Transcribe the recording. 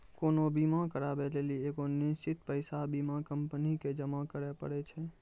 कोनो बीमा कराबै लेली एगो निश्चित पैसा बीमा कंपनी के जमा करै पड़ै छै